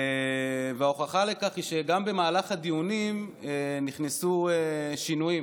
וההוכחה לכך היא שגם במהלך הדיונים נכנסו שינויים